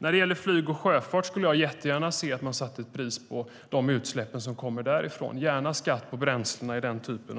När det gäller flyg och sjöfart skulle jag jättegärna se att man satte ett pris på de utsläpp som kommer därifrån, gärna skatt på bränsle i den typen